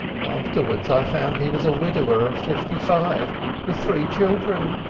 afterwards i found he was a widower of fifty-five with three children.